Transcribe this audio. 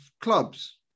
clubs